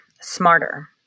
smarter